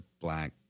black